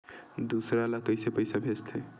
दूसरा ला कइसे पईसा भेजथे?